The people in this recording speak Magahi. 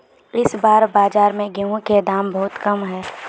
इस बार बाजार में गेंहू के दाम बहुत कम है?